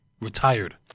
retired